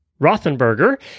Rothenberger